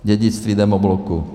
Dědictví demobloku.